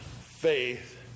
faith